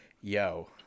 yo